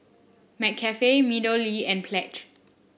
McCafe MeadowLea and Pledge